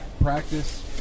practice